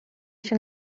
się